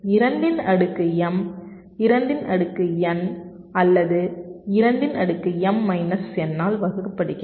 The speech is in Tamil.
2 இன் அடுக்கு m 2 இன் அடுக்கு n அல்லது 2 இன் அடுக்கு m மைனஸ் n ஆல் வகுக்கப்படுகிறது